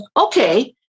okay